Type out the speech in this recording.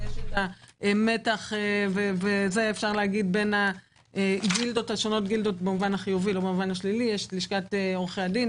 יש המתח בין הגילדות השונות במובן החיובי יש לשכת עורכי הדין,